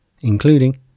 Including